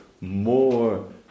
more